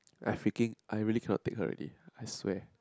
I freaking I really cannot take already I swear